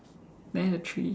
man at a tree